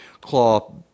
claw